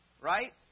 right